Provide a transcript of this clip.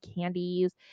candies